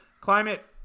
climate